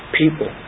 people